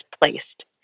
placed